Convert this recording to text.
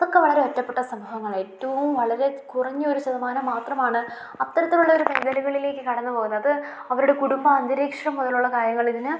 അതൊക്കെ വളരെ ഒറ്റപ്പെട്ട സംഭവങ്ങളേറ്റവും വളരെ കുറഞ്ഞ ഒരു ശതമാനം മാത്രമാണ് അത്തരത്തിലുള്ളൊരു മേഖലകളിലേക്ക് കടന്നു പോകുന്നത് അവരുടെ കുടുംബ അന്തരീക്ഷം മുതലുള്ള കാര്യങ്ങളിതിന്